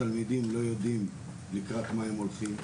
התלמידים לא יודעים לקראת מה הם הולכים,